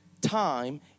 time